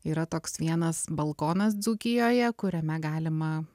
yra toks vienas balkonas dzūkijoje kuriame galima